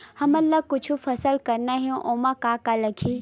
हमन ला कुछु फसल करना हे ओमा का का लगही?